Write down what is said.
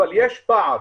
אבל יש פער,